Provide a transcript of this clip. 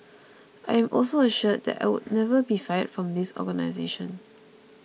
I am also assured that I would never be fired from this organisation